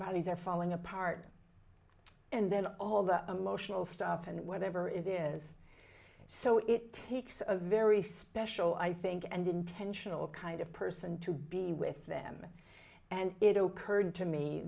bodies are falling apart and then all the emotional stuff and whatever it is so it takes a very special i think and intentional kind of person to be with them and it